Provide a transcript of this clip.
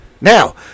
Now